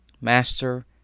master